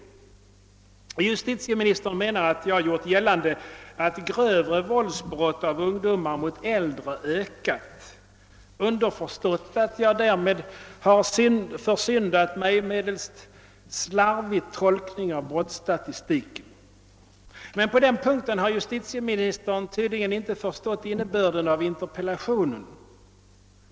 Justitieministern anför att jag gjort gällande att grövre våldsbrott av ungdomar mot äldre har ökat — underförstått att jag därmed har försyndat mig medelst slarvig tolkning av brottsstatistiken. På den punkten har justitieministern tydligen inte förstått innebörden av interpellationen.